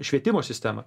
švietimo sistemą